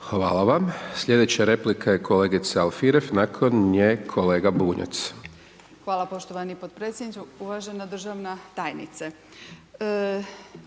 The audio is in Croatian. Hvala vam. Slijedeća replika je kolegice Alfirev, nakon nje kolega Bunjac. **Alfirev, Marija (SDP)** Hvala poštovani podpredsjedniče, uvažena državna tajnice,